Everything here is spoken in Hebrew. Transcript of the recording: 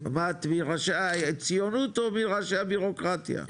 מה את מראשי הציונות או מראשי הבירוקרטיה?